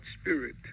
spirit